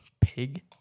pig